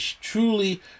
truly